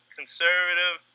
conservative